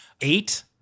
eight